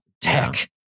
tech